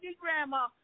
Grandma